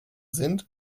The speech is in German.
sind